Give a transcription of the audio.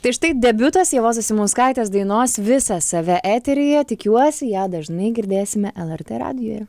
tai štai debiutas ievos zasimauskaitės dainos visą save eteryje tikiuosi ją dažnai girdėsime lrt radijuje